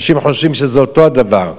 אנשים חושבים שזה אותו דבר.